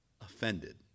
offended